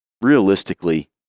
Realistically